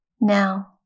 Now